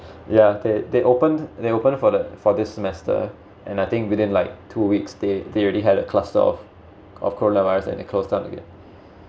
ya they they open they open for the for this semester and I think within like two weeks they they already had a cluster of of coronavirus and they closed down again